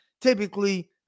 typically –